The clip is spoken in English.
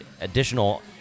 additional